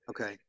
okay